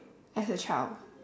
as a child